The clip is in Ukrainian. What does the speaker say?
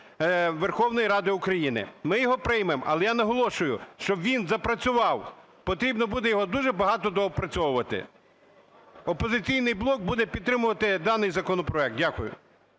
Верховної Ради України". Ми його приймемо, але я наголошую, щоб він запрацював, потрібно буде його дуже багато доопрацьовувати. "Опозиційний блок" буде підтримувати даний законопроект. Дякую.